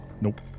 Nope